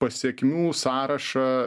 pasekmių sąrašą